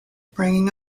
bringing